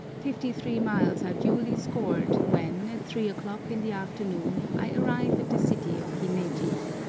fifty-three miles are duly scored when, at three o'clock in the afternoon, i arrive at the city of himeji.